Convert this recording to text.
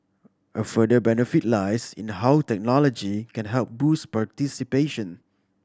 a further benefit lies in how technology can help boost participation